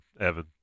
Evan